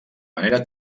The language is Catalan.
manera